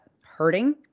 hurting